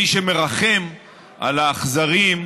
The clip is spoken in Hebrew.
אדוני היושב-ראש,